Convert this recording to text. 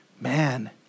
Man